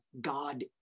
God